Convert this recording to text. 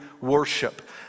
worship